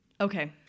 Okay